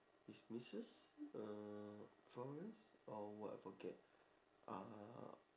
is missus uh formas or what I forget uh